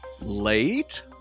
late